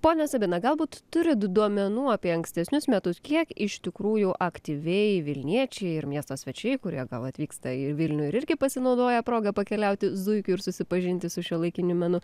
ponia sabina galbūt turit duomenų apie ankstesnius metus kiek iš tikrųjų aktyviai vilniečiai ir miesto svečiai kurie atvyksta į vilnių ir irgi pasinaudoja proga pakeliauti zuikiu ir susipažinti su šiuolaikiniu menu